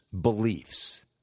beliefs